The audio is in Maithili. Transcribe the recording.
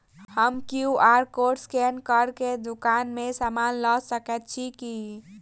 हम क्यू.आर कोड स्कैन कऽ केँ दुकान मे समान लऽ सकैत छी की?